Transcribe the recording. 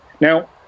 now